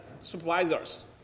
supervisors